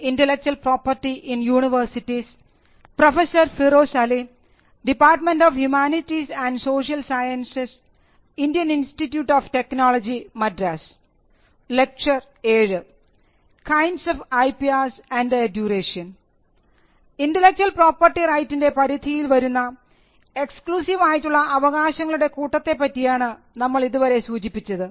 intellectual property റൈറ്റിൻറെ പരിധിയിൽ വരുന്ന എക്സ്ക്ളൂസീവായിട്ടുള്ള അവകാശങ്ങളുടെ കൂട്ടത്തെ പറ്റിയാണ് നമ്മൾ ഇതുവരെ സൂചിപ്പിച്ചത്